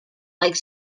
like